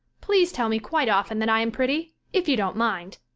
please tell me quite often that i am pretty, if you don't mind.